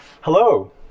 Hello